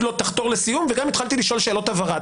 לו לחתור לסיום וגם התחלתי לשאול שאלות הבהרה.